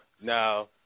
Now